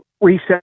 reset